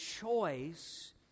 choice